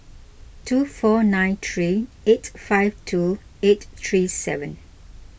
two four nine three eight five two eight three seven